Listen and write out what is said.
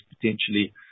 potentially